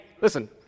listen